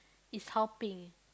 is helping